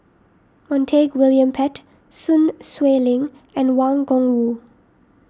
Montague William Pett Sun Xueling and Wang Gungwu